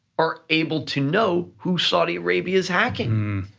are able to know who saudi arabia is hacking,